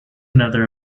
another